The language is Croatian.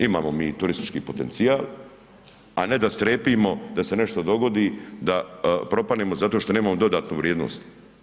Imamo mi turistički potencijal a ne da strepimo da se nešto dogodi, da propadnemo zato što nemamo dodatnu vrijednost.